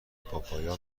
پاپایا